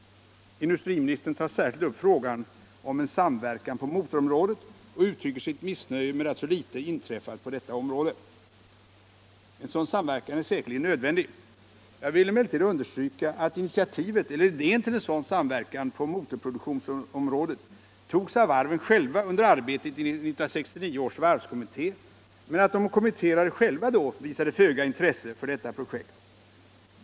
Industriministern tar särskilt upp frågan om en samverkan på motorområdet och uttrycker sitt missnöje med att så litet inträffat på detta område. En sådan samverkan är säkerligen nödvändig. Jag vill emellertid understryka att initiativet eller idén till en sådan samverkan på motorproduktionsområdet togs av varven själva under arbetet i 1969 års varvskommitté men att de kommitterade själva då visade föga intresse för detta projekt.